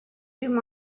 you